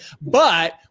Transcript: But-